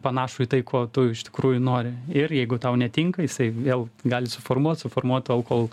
panašų į tai ko tu iš tikrųjų nori ir jeigu tau netinka jisai vėl gali suformuot suformuot tol kol